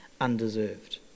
undeserved